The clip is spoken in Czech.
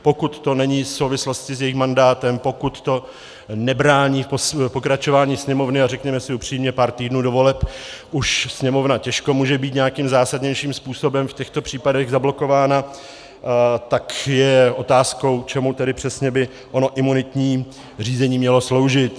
Pokud to není v souvislosti s jejich mandátem, pokud to nebrání pokračování Sněmovny, a řekněme si upřímně, pár týdnů do voleb už Sněmovna těžko může být nějakým zásadnějším způsobem v těchto případech zablokována, tak je otázkou, čemu tedy přesně by ono imunitní řízení mělo sloužit.